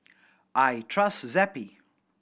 I trust Zappy